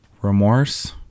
Remorse